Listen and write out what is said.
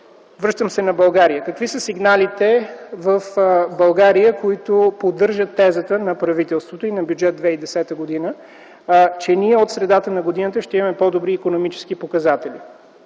Връщам се на България. Какви са сигналите в България, които поддържат тезата на правителството и на Бюджет 2010 г., че ние от средата на годината ще имаме по-добри икономически показатели?